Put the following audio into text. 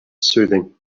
soothing